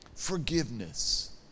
forgiveness